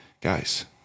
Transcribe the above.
guys